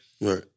Right